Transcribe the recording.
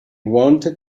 wanted